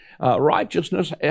Righteousness